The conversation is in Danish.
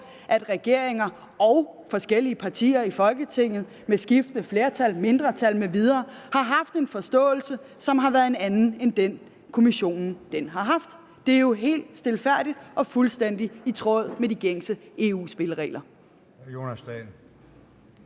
at regeringer og forskellige partier i Folketinget med skiftende flertal, mindretal m.v. har haft en forståelse, som har været en anden end den, Kommissionen har haft. Det er jo helt stilfærdigt og fuldstændig i tråd med de gængse EU-spilleregler.